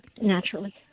naturally